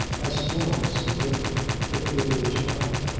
as florence had written to theodore's wife.